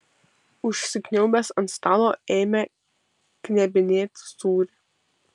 užsikniaubęs ant stalo ėmė knebinėti sūrį